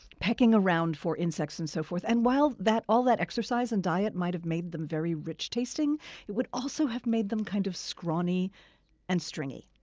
pecking around for insects, and so forth and while all that exercise and diet might have made them very rich-tasting it would also have made them kind of scrawny and stringy.